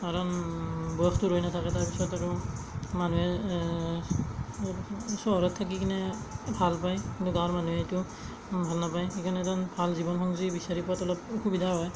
কাৰণ বয়সটো ৰৈ নাথাকে তাৰ পিছত আৰু মানুহে চহৰত থাকি কিনে ভাল পায় কিন্তু গাঁৱৰ মানুহে এইটো ভাল নাপায় সেইকাৰণে এজন ভাল জীৱন সংযোগী বিচাৰি পোৱাতো অলপ অসুবিধা হয়